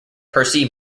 percy